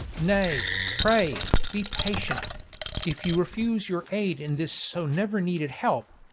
nay, pray be patient if you refuse your aid in this so never-needed help,